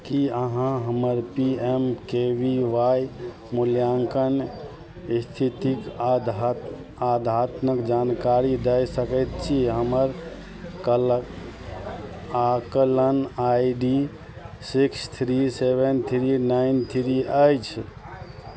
कि अहाँ हमर P M K V Y मूल्याङ्कन इस्थितिके आध्या अद्यतन जानकारी दै सकै छी हमर कलक आकलन I D six three seven three nine three अछि